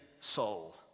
soul